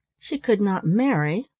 she could not marry,